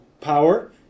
power